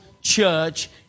church